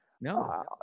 no